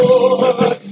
Lord